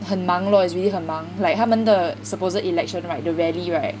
很忙 lor it's really 很忙 like 他们的 supposed election right the rally right